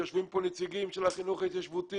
יושבים פה נציגים של החינוך ההתיישבותי